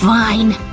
fine!